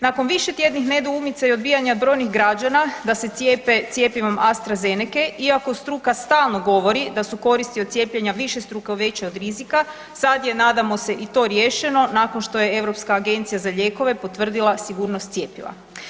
Nakon višetjednih nedoumica i odbijanja brojnih građana da se cijepe cjepivom AstraZenece iako struka stalno govori da su koristi od cijepljenja višestruko veće od rizika sad je nadamo se i to riješeno nakon što je Europska agencija za lijekove potvrdila sigurnost cjepiva.